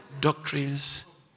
Doctrines